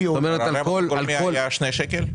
הרווח הגולמי היה שני שקלים?